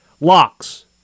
locks